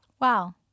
Wow